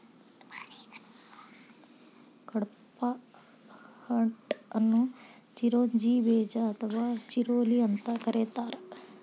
ಕಡ್ಪಾಹ್ನಟ್ ಅನ್ನು ಚಿರೋಂಜಿ ಬೇಜ ಅಥವಾ ಚಿರೋಲಿ ಅಂತ ಕರೇತಾರ